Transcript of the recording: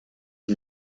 wie